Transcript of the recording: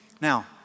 Now